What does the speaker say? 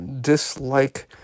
dislike